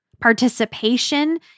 participation